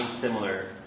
similar